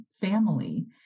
family